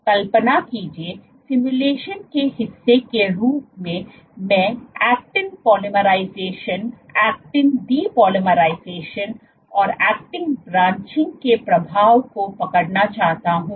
कल्पना कीजिए सिमुलेशन के हिस्से के रूप में मैं actin polymerization actin depolymerization actin branching के प्रभाव को पकड़ना चाहता हूं